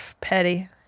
Petty